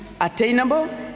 attainable